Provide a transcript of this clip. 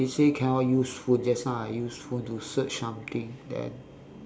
they say cannot use phone just now I use my phone to search something then